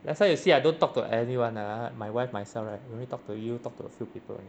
that's why you see I don't talk to anyone uh my wife myself right we only talk to you talk to a few people only